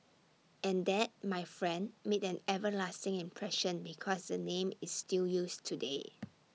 and that my friend made an everlasting impression because the name is still used today